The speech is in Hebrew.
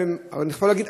אני יכול להגיד,